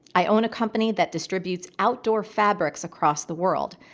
i own a company that distributes outdoor fabrics across the world.